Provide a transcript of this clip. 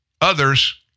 Others